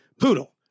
Poodle